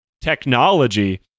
technology